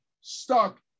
stuck